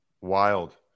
Wild